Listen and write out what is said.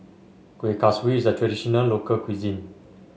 Kuih Kaswi is a traditional local cuisine